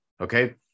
Okay